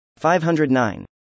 509